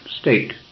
state